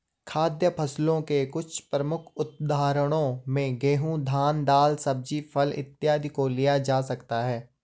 खाद्य फसलों के कुछ प्रमुख उदाहरणों में गेहूं, धान, दाल, सब्जी, फल इत्यादि को लिया जा सकता है